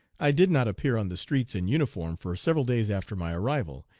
i did not appear on the streets in uniform for several days after my arrival,